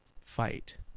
fight